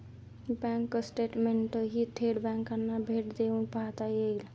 bank स्टेटमेंटही थेट बँकांना भेट देऊन पाहता येईल